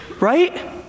Right